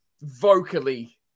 vocally